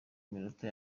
minota